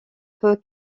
peut